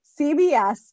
CBS